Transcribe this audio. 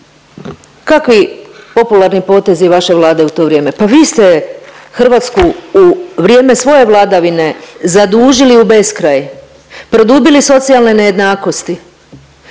Kakvi popularni potezi vaše Vlade u to vrijeme? Pa vi ste Hrvatsku u vrijeme svoje vladavine zadužili u beskraj, produbili socijalne nejednakosti,